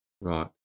Right